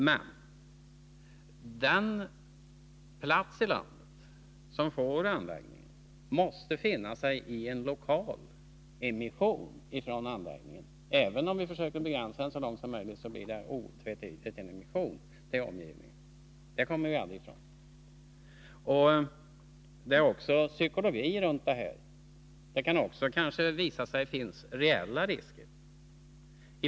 Men den plats i landet som får anläggningen måste finna sig i en lokal emission från anläggningen. Även om vi försöker begränsa den så mycket som möjligt kommer vi aldrig ifrån att det blir en emission i området. Det är också psykologi kring detta. Men det kan kanske även visa sig att det finns reella risker.